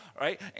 right